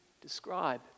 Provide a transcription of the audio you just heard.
describe